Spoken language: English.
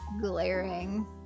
Glaring